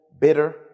bitter